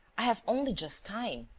i have only just time.